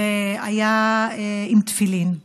עם תפילין,